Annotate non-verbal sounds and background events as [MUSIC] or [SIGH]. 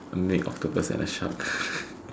a make octopus and a shark [LAUGHS]